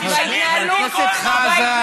חבר הכנסת חזן.